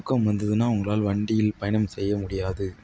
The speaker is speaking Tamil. தூக்கம் வந்ததுனால் உங்களால் வண்டியில் பயணம் செய்ய முடியாது